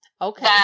okay